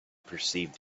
perceived